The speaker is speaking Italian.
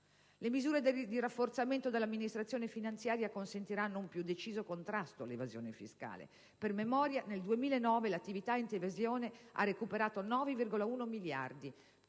Le misure di rafforzamento dell'Amministrazione finanziaria consentiranno un più deciso contrasto all'evasione fiscale (per memoria: nel 2009 l'attività antievasione ha recuperato 9,1 miliardi,